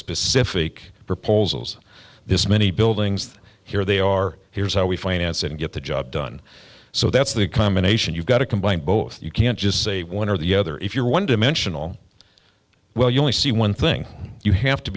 specific proposals this many buildings here they are here's how we finance and get the job done so that's the combination you've got to combine both you can't just say one or the other if you're one dimensional well you only see one thing you have to